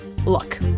Look